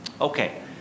Okay